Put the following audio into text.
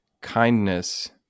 kindness